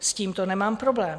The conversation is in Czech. S tímto nemám problém.